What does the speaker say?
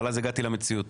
אבל אז הגעתי למציאות.